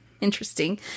interesting